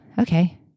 okay